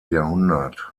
jahrhundert